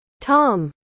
Tom